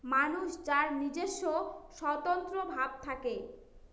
মানুষ যার নিজস্ব স্বতন্ত্র ভাব থাকে